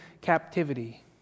captivity